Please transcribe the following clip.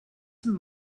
some